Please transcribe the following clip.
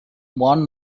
one